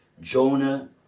Jonah